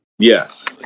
Yes